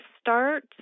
start